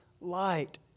light